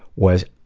was,